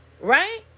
right